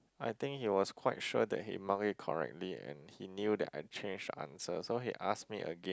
I think he was quite sure that he mark it correctly and he knew that I change the answer so he ask me again